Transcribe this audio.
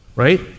Right